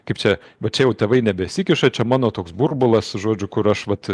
kaip čia va čia jau tėvai nebesikiša čia mano toks burbulas žodžiu kur aš vat